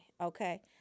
Okay